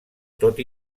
tot